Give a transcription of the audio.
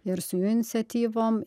ir su jų iniciatyvom